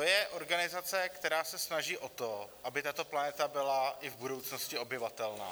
To je organizace, která se snaží o to, aby tato planeta byla i v budoucnosti obyvatelná.